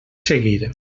seguir